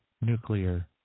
nuclear